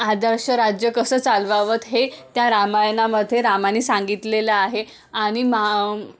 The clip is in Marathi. आदर्श राज्य कसं चालवावं हे त्या रामायणामध्ये रामानी सांगितलेलं आहे आणि मा